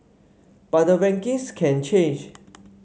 but the rankings can change